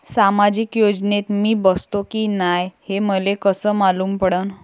सामाजिक योजनेत मी बसतो की नाय हे मले कस मालूम पडन?